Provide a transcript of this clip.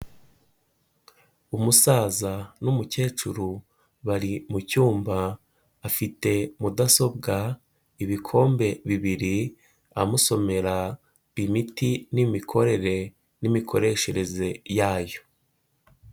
Umusaza n'umukecuru bari mu cyumba afite mudasobwa, ibikombe bibiri amusomera imiti n'imikorere n'imikoreshereze yayo.